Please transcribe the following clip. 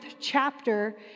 chapter